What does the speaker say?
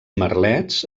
merlets